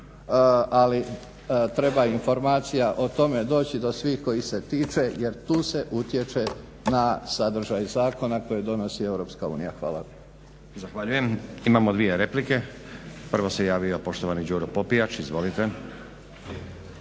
Ali treba informacija o tome doći do svih kojih se tiče jer tu se utječe na sadržaj zakona koje donosi Europska